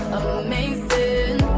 amazing